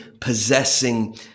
possessing